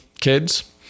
kids